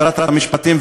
שרת המשפטים,